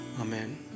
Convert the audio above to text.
Amen